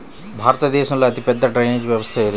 భారతదేశంలో అతిపెద్ద డ్రైనేజీ వ్యవస్థ ఏది?